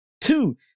two